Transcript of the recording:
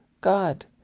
God